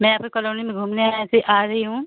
मैं आपके कलोनी में घूमने आई थी आ रही हूँ